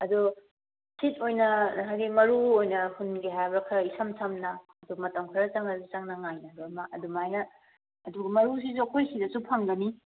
ꯑꯗꯨ ꯁꯤꯠ ꯑꯣꯏꯅ ꯍꯥꯏꯗꯤ ꯃꯔꯨ ꯑꯣꯏꯅ ꯍꯨꯟꯒꯦ ꯍꯥꯏꯕ꯭ꯔ ꯈꯔ ꯏꯁꯝ ꯁꯝꯅ ꯑꯗꯨ ꯃꯇꯝ ꯈꯔ ꯆꯪꯉꯁꯨ ꯆꯪꯅ ꯉꯥꯏꯅꯕ ꯑꯃ ꯑꯗꯨꯃꯥꯏꯅ ꯑꯗꯨꯒ ꯃꯔꯨꯁꯤꯁꯨ ꯑꯩꯈꯣꯏꯁꯤꯗꯁꯨ ꯐꯪꯒꯅꯤ